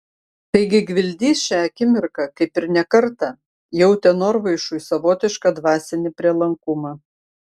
taigi gvildys šią akimirką kaip ir ne kartą jautė norvaišui savotišką dvasinį prielankumą